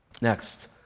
next